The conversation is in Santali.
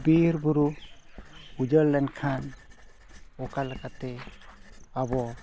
ᱵᱤᱨᱼᱵᱩᱨᱩ ᱩᱡᱟᱹᱲ ᱞᱮᱱᱠᱷᱟᱱ ᱚᱠᱟ ᱞᱮᱠᱟᱛᱮ ᱟᱵᱚ